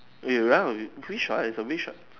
eh you run of you witch ah what a witch what